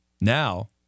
Now